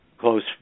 close